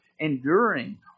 enduring